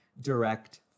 direct